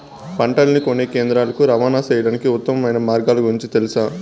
పంటలని కొనే కేంద్రాలు కు రవాణా సేయడానికి ఉత్తమమైన మార్గాల గురించి తెలుసా?